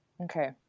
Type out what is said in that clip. Okay